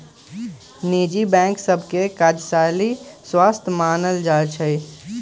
निजी बैंक सभ के काजशैली स्वस्थ मानल जाइ छइ